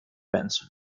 benson